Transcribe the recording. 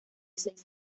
seis